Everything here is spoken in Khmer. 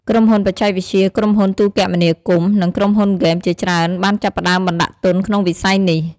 ក្រុមហ៊ុនបច្ចេកវិទ្យា ក្រុមហ៊ុនទូរគមនាគមន៍ និងក្រុមហ៊ុនហ្គេមជាច្រើនបានចាប់ផ្ដើមបណ្ដាក់ទុនក្នុងវិស័យនេះ។